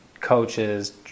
coaches